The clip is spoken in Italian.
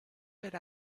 per